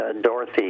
Dorothy